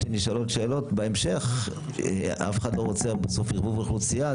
שנשאלות ובהמשך לכך אף אחד לא רוצה בסוף ערבוב באוכלוסייה.